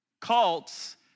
Cults